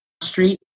street